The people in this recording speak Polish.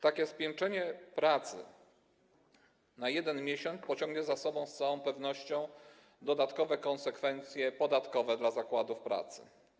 Takie spiętrzenie pracy w jednym miesiącu pociągnie za sobą z całą pewnością dodatkowe konsekwencje finansowe dla zakładów pracy.